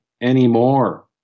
anymore